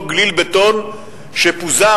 אותו גליל בטון שפוזר,